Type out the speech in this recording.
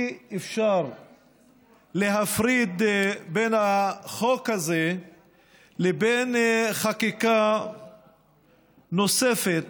אי-אפשר להפריד בין החוק הזה לבין חקיקה נוספת,